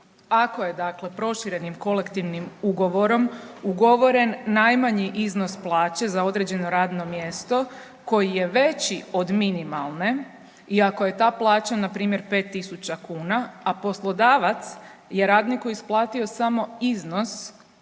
Ako je dakle proširenim kolektivnim ugovorom ugovoren najmanji iznos plaće za određeno radno mjesto koji je veći od minimalne i ako je ta plaća npr. 5.000 kuna, a poslodavac je radniku isplatio samo iznos